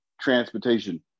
transportation